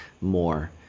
more